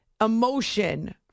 emotion